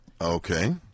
Okay